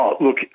Look